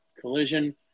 Collision